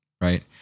right